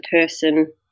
person